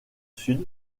sud